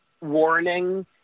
Warning